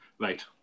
right